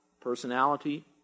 personality